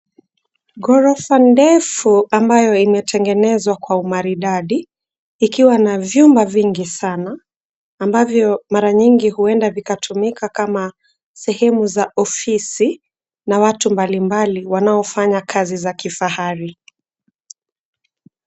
Ghorofa ndefu ambayo imetengenezwa kwa umaridadi ikiwa na vyumba vingi sana ambavyo mara nyingi huenda vikatumika kama sehemu za ofisi na watu mbalimbali wanaofanya kazi za kifahari.